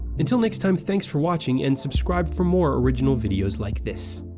until next time, thanks for watching, and subscribe for more original videos like this.